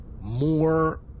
more